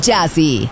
Jazzy